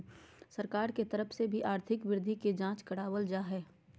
सरकार के तरफ से ही आर्थिक वृद्धि के जांच करावल जा हय